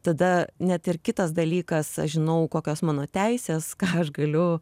tada net ir kitas dalykas aš žinau kokios mano teisės ką aš galiu